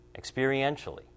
experientially